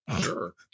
Sure